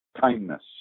kindness